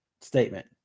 statement